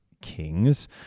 Kings